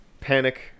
panic